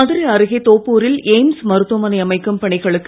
மதுரை அருகே தோப்பூ ரில் எய்ம்ஸ் மருத்துவமனை அமைக்கும் பணிகளுக்கு